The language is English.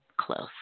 close